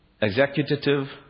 executive